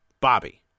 Bobby